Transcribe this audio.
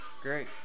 great